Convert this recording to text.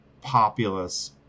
populace